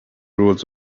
rules